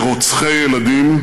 כרוצחי ילדים,